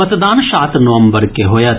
मतदान सात नबम्वर के होयत